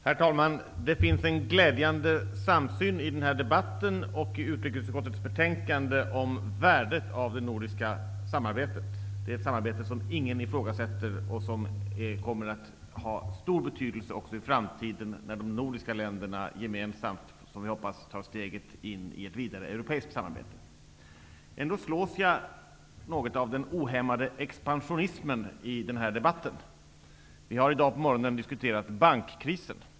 Herr talman! Det finns en glädjande samsyn i den här debatten och i utrikesutskottets betänkande om värdet av det nordiska samarbetet. Det är ett samarbete som ingen ifrågasätter och som kommer att ha stor betydelse i framtiden, när de nordiska länderna, som vi hoppas, gemensamt tar steget in i ett vidare europeiskt samarbete. Ändå slås jag något av den ohämmade expansionismen i debatten. Vi har i dag på morgonen diskuterat bankkrisen.